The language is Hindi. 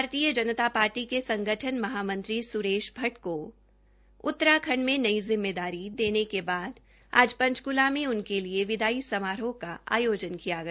भारतीय जनता पार्टी के संगठन महामंत्री सुरेश भद्द को उतंराखंड में नई जिम्मेदारी देने के बाद आज पंचकूला में उनके विदाई समारोह का आयोजन किया गया